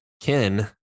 Ken